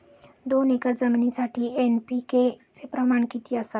दोन एकर जमिनीसाठी एन.पी.के चे प्रमाण किती असावे?